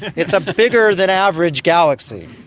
it's a bigger than average galaxy.